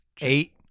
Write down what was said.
Eight